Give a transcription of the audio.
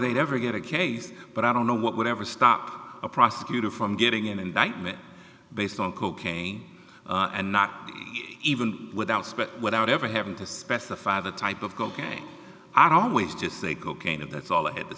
they'd ever get a case but i don't know what would ever stop a prosecutor from getting an indictment based on cocaine and not even without spec without ever having to specify the type of cocaine i'd always just say cocaine and that's all i had to